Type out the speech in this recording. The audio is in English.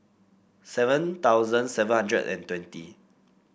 seven thousand seven hundred and twenty